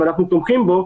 ואנחנו תומכים בו,